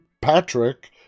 Patrick